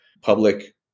public